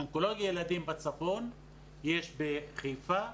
אונקולוגיה ילדים בצפון יש בחיפה,